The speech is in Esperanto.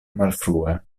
malfrue